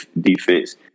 defense